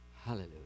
Hallelujah